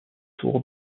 tours